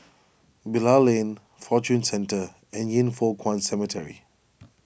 Bilal Lane Fortune Centre and Yin Foh Kuan Cemetery